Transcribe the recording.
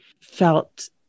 felt